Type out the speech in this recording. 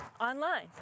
online